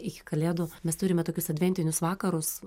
iki kalėdų mes turime tokius adventinius vakarus